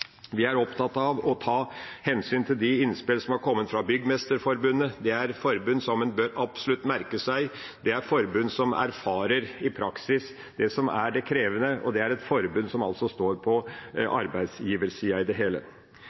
Vi er opptatt av å ta hensyn til de innspill som er kommet fra Byggmesterforbundet. Det er et forbund som en absolutt bør merke seg. Det er et forbund som erfarer i praksis det som er det krevende, og det er et forbund som altså står på arbeidsgiversida i det hele.